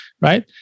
right